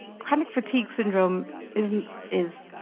chronic fatigue syndrome is is